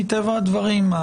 מטבע הדברים,